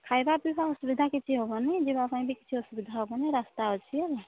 ଖାଇବା ପିଇବା ଅସୁବିଧା କିଛି ହେବନି ଯିବା ପାଇଁ ବି କିଛି ଅସୁବିଧା ହେବନି ରାସ୍ତା ଅଛି ହେଲା